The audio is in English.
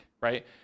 right